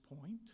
point